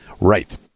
Right